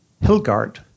Hilgard